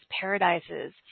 paradises